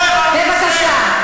זה קורה רק אצלך.